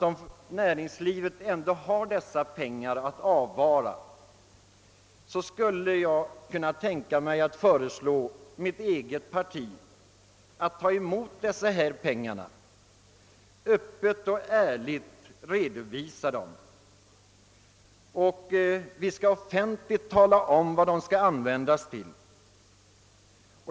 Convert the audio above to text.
Om näringslivet ändå har pengar att avvara skulle jag kunna tänka mig föreslå mitt eget parti att ta emot pengarna, öppet och ärligt redovisa dem och offentligt tala om vad de skall användas till.